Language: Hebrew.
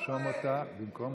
היושב-ראש יעלה, בבקשה.